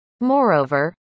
Moreover